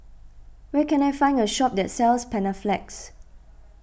where can I find a shop that sells Panaflex